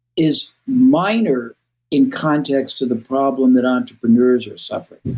is minor in context to the problem that entrepreneurs are suffering.